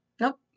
nope